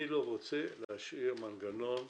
אני לא רוצה להשאיר מנגנון מסובך.